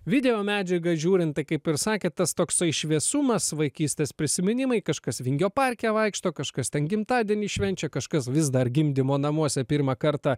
videomedžiagą žiūrint tai kaip ir sakėt tas toksai šviesumas vaikystės prisiminimai kažkas vingio parke vaikšto kažkas ten gimtadienį švenčia kažkas vis dar gimdymo namuose pirmą kartą